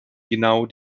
genau